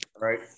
right